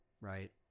right